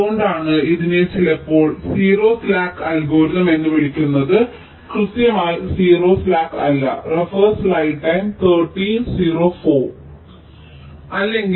അതുകൊണ്ടാണ് ഇതിനെ ചിലപ്പോൾ 0 സ്ലാക്ക് അൽഗോരിതം എന്ന് വിളിക്കുന്നത് കൃത്യമായി 0 സ്ലാക്ക് അല്ല